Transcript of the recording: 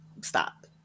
Stop